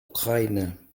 ukraine